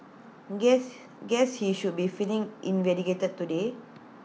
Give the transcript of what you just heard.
guess guess he should be feeling vindicated today